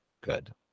good